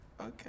Okay